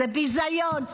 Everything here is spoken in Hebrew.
זה ביזיון,